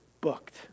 booked